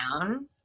down